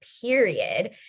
period